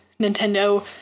Nintendo